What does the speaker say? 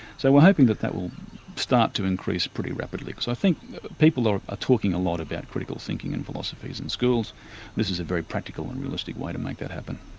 so we're hoping that that will start to increase pretty rapidly because i think people are are talking a lot about critical thinking and philosophies in schools, and this is a very practical and realistic way to make that happen.